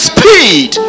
Speed